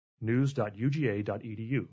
News.uga.edu